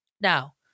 Now